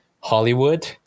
Hollywood